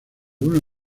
una